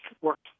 works